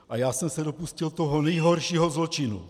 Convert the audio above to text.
A já jsem se dopustil toho nejhoršího zločinu...